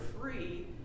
free